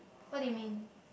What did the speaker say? what did you mean